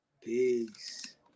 Peace